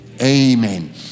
Amen